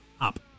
up